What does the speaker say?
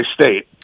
State